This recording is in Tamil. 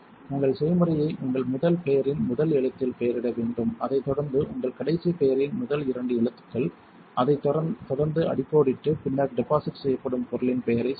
உங்கள் செய்முறையை உங்கள் முதல் பெயரின் முதல் எழுத்தில் பெயரிட வேண்டும் அதைத் தொடர்ந்து உங்கள் கடைசி பெயரின் முதல் இரண்டு எழுத்துக்கள் அதைத் தொடர்ந்து அடிக்கோடிட்டு பின்னர் டெபாசிட் செய்யப்படும் பொருளின் பெயரைச் சுருக்கவும்